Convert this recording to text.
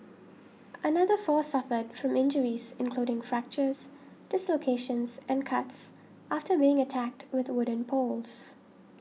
another four suffered from injuries including fractures dislocations and cuts after being attacked with wooden poles